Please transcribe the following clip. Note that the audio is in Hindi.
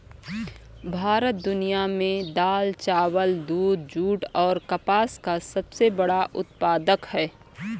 भारत दुनिया में दाल, चावल, दूध, जूट और कपास का सबसे बड़ा उत्पादक है